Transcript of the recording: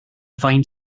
faint